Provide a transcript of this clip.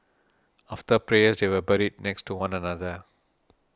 after prayers they were buried next to one another